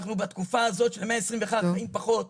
אנחנו בתקופה של המאה ה-21, חיים פחות.